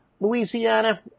Louisiana